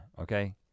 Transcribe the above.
okay